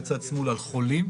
בצד שמאל על חולים,